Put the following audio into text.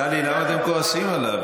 טלי, למה אתם כועסים עליו?